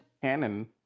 canon